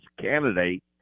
candidate